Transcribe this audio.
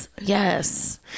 yes